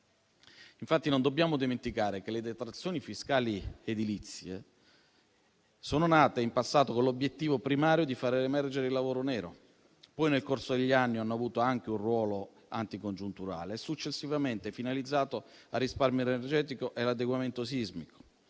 lavoratori. Non dobbiamo dimenticare che le detrazioni fiscali edilizie sono nate in passato con l'obiettivo primario di fare emergere il lavoro nero. Poi, nel corso degli anni, hanno avuto anche un ruolo anticongiunturale, successivamente finalizzato al risparmio energetico e all'adeguamento sismico.